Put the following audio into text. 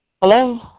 Hello